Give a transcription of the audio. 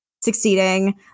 succeeding